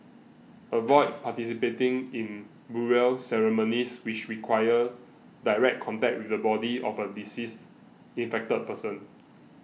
avoid participating in burial ceremonies which require direct contact with the body of a deceased infected person